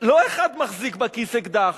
לא אחד מחזיק בכיס אקדח,